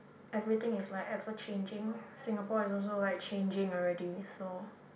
everything is like ever changing Singapore is also like changing already so